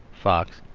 fox,